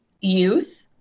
youth